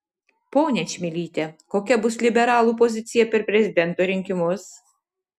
ponia čmilyte kokia bus liberalų pozicija per prezidento rinkimus